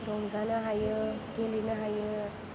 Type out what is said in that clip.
रंजानो हायो गेलेनो हायो